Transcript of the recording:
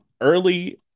Early